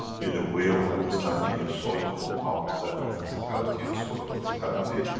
in a way of understanding your soul is more powerful than your physicality, your soul of physicality.